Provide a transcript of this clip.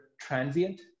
transient